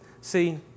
See